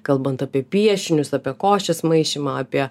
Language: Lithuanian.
kalbant apie piešinius apie košės maišymą apie